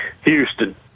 Houston